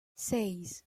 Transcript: seis